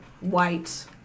White